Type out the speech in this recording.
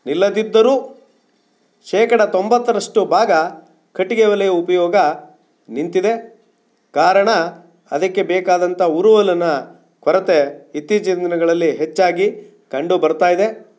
ನಿಲ್ಲದಿದ್ದರೂ ಶೇಕಡ ತೊಂಬತ್ತರಷ್ಟು ಭಾಗ ಕಟ್ಟಿಗೆ ಒಲೆ ಉಪಯೋಗ ನಿಂತಿದೆ ಕಾರಣ ಅದಕ್ಕೆ ಬೇಕಾದಂಥ ಉರುವಲಿನ ಕೊರತೆ ಇತ್ತೀಚಿನ ದಿನಗಳಲ್ಲಿ ಹೆಚ್ಚಾಗಿ ಕಂಡು ಬರ್ತಾ ಇದೆ